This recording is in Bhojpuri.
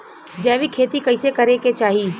जैविक खेती कइसे करे के चाही?